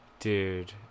Dude